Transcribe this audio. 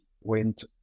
went